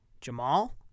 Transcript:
Jamal